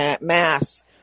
mass